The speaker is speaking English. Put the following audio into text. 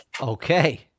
Okay